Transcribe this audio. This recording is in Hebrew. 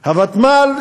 הוותמ"ל,